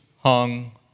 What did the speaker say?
hung